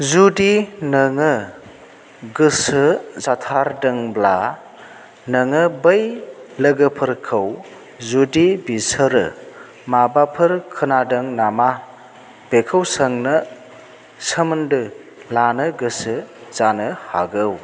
जुदि नोङो गोसो जाथारदोंब्ला नोङो बै लोगोफोरखौ जुदि बिसोरो माबाफोर खोनादों नामा बेखौ सोंनो सोमोन्दो लानो गोसो जानो हागौ